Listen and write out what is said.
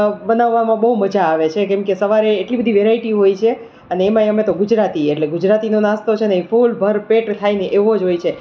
બનાવવામાં બહુ મજા આવે છે કેમ કે સવારે એટલી બધી વેરાયટી હોય છે અને એમાંય અમે તો ગુજરાતી એટલે ગુજરાતીનો નાસ્તો છે ને ફૂલ ભરપેટ થાયને એવો જ હોય છે